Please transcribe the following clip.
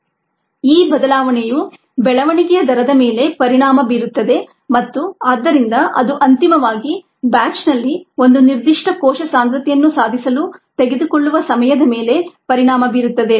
μmSKSS ಈ ಬದಲಾವಣೆಯು ಬೆಳವಣಿಗೆಯ ದರದ ಮೇಲೆ ಪರಿಣಾಮ ಬೀರುತ್ತದೆ ಮತ್ತು ಆದ್ದರಿಂದ ಅದು ಅಂತಿಮವಾಗಿ ಬ್ಯಾಚ್ನಲ್ಲಿ ಒಂದು ನಿರ್ದಿಷ್ಟ ಕೋಶ ಸಾಂದ್ರತೆಯನ್ನು ಸಾಧಿಸಲು ತೆಗೆದುಕೊಳ್ಳುವ ಸಮಯದ ಮೇಲೆ ಪರಿಣಾಮ ಬೀರುತ್ತದೆ